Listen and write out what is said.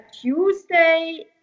Tuesday